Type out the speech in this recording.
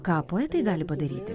ką poetai gali padaryti